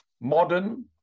modern